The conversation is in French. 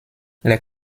les